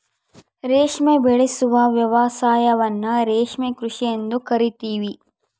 ರೇಷ್ಮೆ ಉಬೆಳೆಸುವ ವ್ಯವಸಾಯವನ್ನ ರೇಷ್ಮೆ ಕೃಷಿ ಎಂದು ಕರಿತೀವಿ